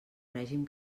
règim